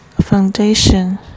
foundation